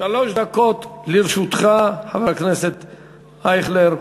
שלוש דקות, לרשותך, חבר הכנסת אייכלר.